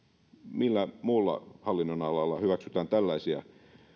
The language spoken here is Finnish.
millä muulla hallinnonalalla hyväksytään tällaisia